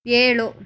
ಏಳು